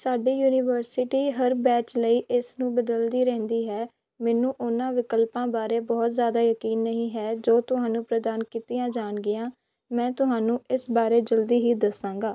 ਸਾਡੀ ਯੂਨੀਵਰਸਿਟੀ ਹਰ ਬੈਚ ਲਈ ਇਸ ਨੂੰ ਬਦਲਦੀ ਰਹਿੰਦੀ ਹੈ ਮੈਨੂੰ ਉਹਨਾਂ ਵਿਕਲਪਾਂ ਬਾਰੇ ਬਹੁਤ ਜ਼ਿਆਦਾ ਯਕੀਨ ਨਹੀਂ ਹੈ ਜੋ ਤੁਹਾਨੂੰ ਪ੍ਰਦਾਨ ਕੀਤੀਆਂ ਜਾਣਗੀਆਂ ਮੈਂ ਤੁਹਾਨੂੰ ਇਸ ਬਾਰੇ ਜਲਦੀ ਹੀ ਦੱਸਾਂਗਾ